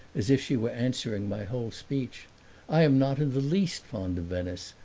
as if she were answering my whole speech i am not in the least fond of venice.